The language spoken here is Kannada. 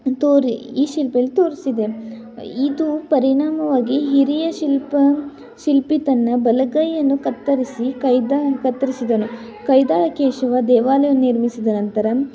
ತೋರಿ ಈ ಶಿಲ್ಪಿಯಲ್ಲಿ ತೋರಿಸಿದೆ ಇದು ಪರಿಣಾಮವಾಗಿ ಹಿರಿಯ ಶಿಲ್ಪ ಶಿಲ್ಪಿ ತನ್ನ ಬಲಗೈಯನ್ನು ಕತ್ತರಿಸಿ ಕೈದಾ ಕತ್ತರಿಸಿದನು ಕೈದಾಳಕೇಶವ ದೇವಾಲಯವನ್ನು ನಿರ್ಮಿಸಿದ ನಂತರ